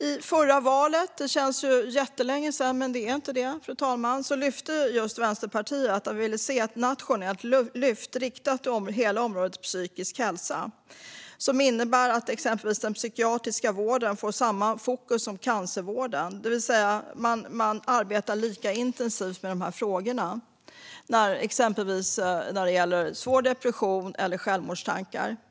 I förra valet - det känns länge sedan men är inte det - sa Vänsterpartiet att vi ville se ett nationellt lyft för hela området psykisk hälsa så att den psykiatriska vården ges samma fokus som cancervården, det vill säga att man arbetar lika intensivt med dessa frågor när det gäller exempelvis svår depression eller självmordstankar.